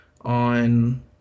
on